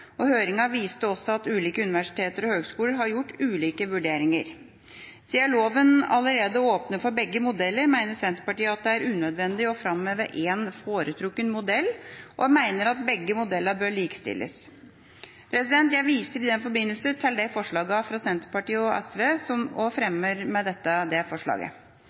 viste også at ulike universiteter og høyskoler har gjort ulike vurderinger. Siden loven allerede åpner for begge modeller, mener Senterpartiet at det er unødvendig å framheve én foretrukket modell. Vi mener at begge modellene bør likestilles. Jeg viser i den forbindelse til forslaget fra Senterpartiet og SV og fremmer med dette forslaget. I proposisjonen foreslås det